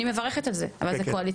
אני מברכת על זה, אבל זה קואליציוני.